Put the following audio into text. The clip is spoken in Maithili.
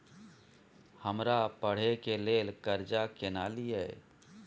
हमरा पढ़े के लेल कर्जा केना लिए?